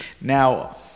Now